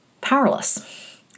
powerless